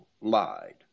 lied